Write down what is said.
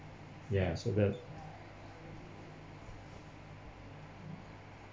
ya so the